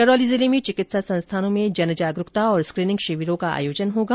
करौली जिले में चिकित्सा संस्थानों में जन जागरूकता और स्क्रीनिंग शिविरों का आयोजन किया जायेगा